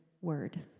word